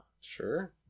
Sure